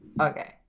Okay